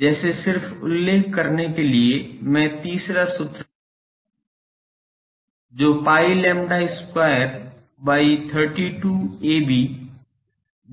जैसे सिर्फ उल्लेख करने के लिए मैं तीसरा सूत्र लिख रहा हूं जो pi lambda square by 32 ab then DE into DH है